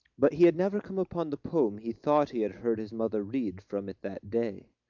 but he had never come upon the poem he thought he had heard his mother read from it that day.